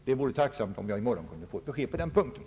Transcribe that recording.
Jag vore tacksam om jag i morgon kunde få ett besked härvidlag.